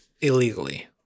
illegally